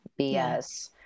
BS